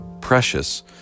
Precious